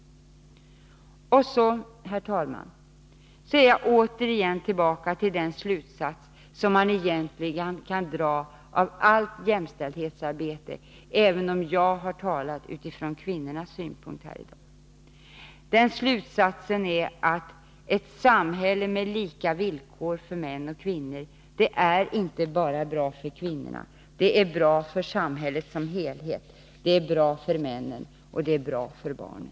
Sedan, herr talman, är jag återigen tillbaka vid den slutsats som man egentligen kan dra av allt jämställdhetsarbete — även om jag har talat från kvinnornas synpunkt sett här i dag. Den slutsatsen är att ett samhälle med lika villkor för män och kvinnor inte bara är bra för kvinnorna, utan det är också bra för samhället som helhet. Det är bra för männen och det är bra för barnen.